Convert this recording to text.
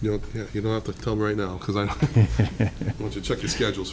you know you don't have to tell right now because i want to check your schedule